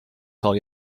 called